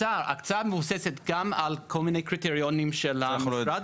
ההקצאה מבוססת גם על כל מיני קריטריונים של המשרד,